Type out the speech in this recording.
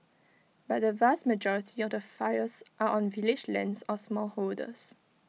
but the vast majority of the fires are on village lands or smallholders